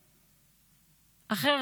אחרת,